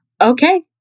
Okay